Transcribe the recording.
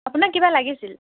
আপোনাক কিবা লাগিছিল